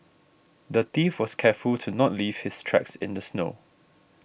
the thief was careful to not leave his tracks in the snow